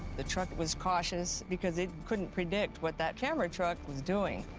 the truck was cautious, because it couldn't predict what that camera truck was doing.